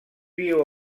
più